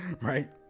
Right